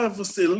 você